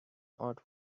earth